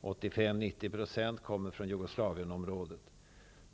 85--90 % kommer från Jugoslavienområdet.